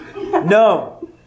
No